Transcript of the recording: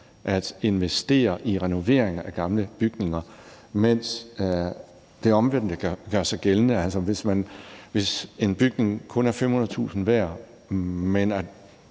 at investere i renovering af gamle bygninger; mens det omvendt gør sig gældende, at hvis en bevaringsværdig bygning kun er 500.000 kr. værd, men